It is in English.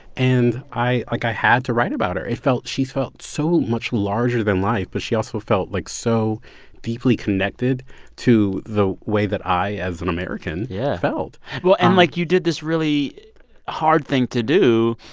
and i like, i had to write about her. it felt she felt so much larger than life, but she also felt, like, so deeply connected to the way that i, as an american, yeah felt well, and, like, you did this really hard thing to do.